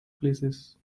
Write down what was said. places